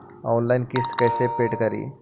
Online किस्त कैसे paid करि?